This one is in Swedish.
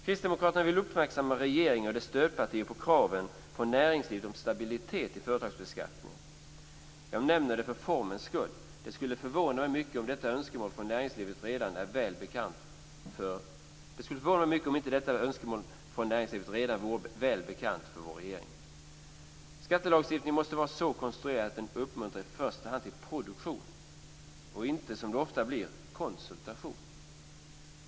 Kristdemokraterna vill uppmärksamma regeringen och dess stödpartier på kraven från näringslivet om stabilitet i företagsbeskattningen. Jag nämner detta för formens skull. Det skulle förvåna mig mycket om inte detta önskemål från näringslivet redan vore väl bekant för vår regering. Skattelagstiftningen måste vara så konstruerad att den i första hand uppmuntrar till produktion och inte, som det ofta blir, till konsultation.